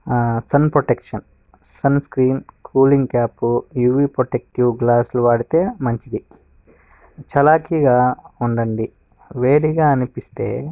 ఆ sun protection sunscreen cooling cap UV protective గ్లాసులు వాడితే మంచిది చలాకిగా ఉండండి వేడిగా అనిపిస్తే